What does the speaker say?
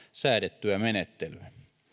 säädettyä menettelyä